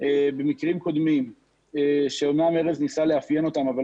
במקרים קודמים שאמנם ארז ניסה לאפיין אותם אבל